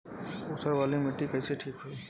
ऊसर वाली मिट्टी कईसे ठीक होई?